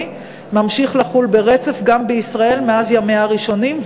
ממשיך לחול ברצף גם בישראל מאז ימיה הראשונים,